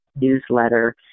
newsletter